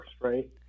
right